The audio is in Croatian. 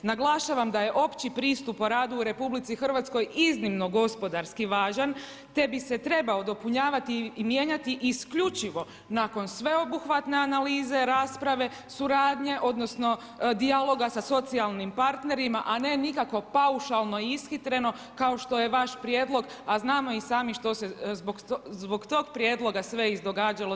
Naglašavam da je opći pristup o radu u RH iznimno gospodarski važan te bi se trebao dopunjavati i mijenjati isključivo nakon sveobuhvatne analize rasprave, suradnje, odnosno dijaloga sa socijalnim partnerima, a ne nikako paušalno i ishitreno kao što je vaš prijedlog, a znamo i sami što se zbog tog prijedloga sve izdogađalo, neću sad to ponavljati.